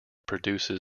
producing